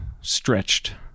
stretched